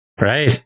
Right